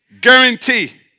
guarantee